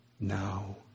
now